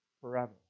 forever